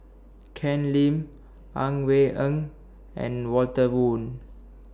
Ken Lim Ang Wei Eng and Walter Woon